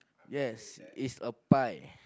yes it's a pie